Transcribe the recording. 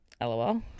LOL